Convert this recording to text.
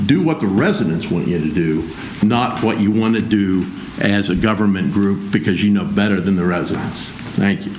do what the residents want you to do not what you want to do as a government group because you know better than the residents thank you